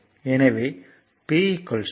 எனவே p dw dt